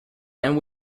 and